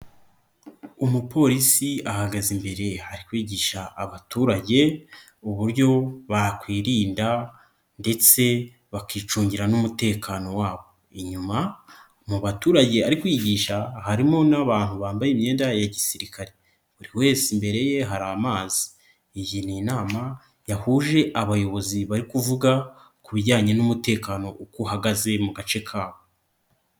Umuporisi ahagaze imbere ari kwigisha abaturage uburyo bakwirinda ndetse bakicungira n'umutekano wabo, inyuma mu baturage ari kwigisha harimo n'abantu bambaye imyenda ya gisirikare, buri wese imbere ye hari amazi, iyi ni inama yahuje abayobozi bari kuvuga ku bijyanye n'umutekano uko uhagaze mu gace kabo.